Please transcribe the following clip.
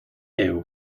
eeuw